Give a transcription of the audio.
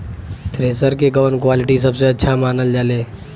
Thresher के कवन quality सबसे अच्छा मानल जाले?